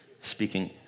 speaking